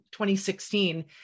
2016